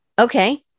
Okay